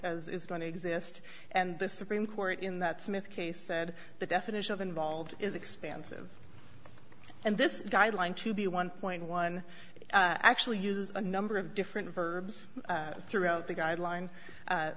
as it's going to exist and the supreme court in that smith case said the definition of involved is expansive and this guideline to be one point one actually uses a number of different verbs throughout the guideline